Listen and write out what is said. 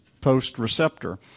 post-receptor